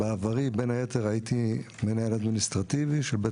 בעברי בין היתר הייתי מנהל אדמיניסטרטיבי של בית